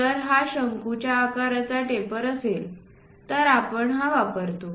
जर हा शंकूच्या आकाराचा टेपर असेल तर आपण हा वापरतो